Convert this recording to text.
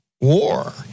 war